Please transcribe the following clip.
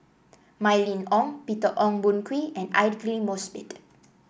Mylene Ong Peter Ong Boon Kwee and Aidli Mosbit